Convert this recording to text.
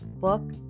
book